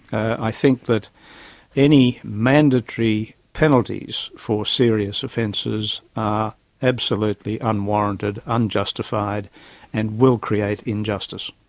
i think that any mandatory penalties for serious offences are absolutely unwarranted, unjustified and will create injustice.